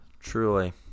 Truly